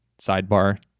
sidebar